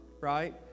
right